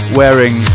wearing